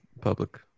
public